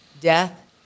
death